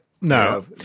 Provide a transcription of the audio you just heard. No